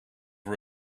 for